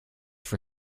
for